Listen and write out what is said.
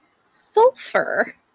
sulfur